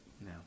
No